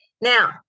Now